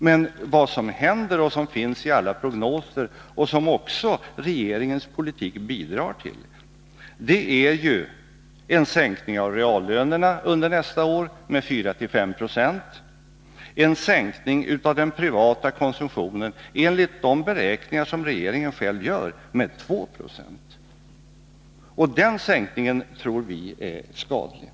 Men vad som händer och finns med i alla prognoser och som också regeringens politik bidrar till är en sänkning av reallönerna under nästa år med 4-5 20 och en sänkning av den privata konsumtionen enligt de beräkningar som regeringen själv gör med 2 90. Och den sänkningen tror vi Nr 50 är skadlig.